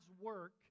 work